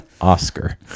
Oscar